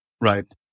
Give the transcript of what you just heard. Right